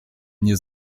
nie